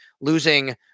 losing